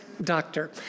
doctor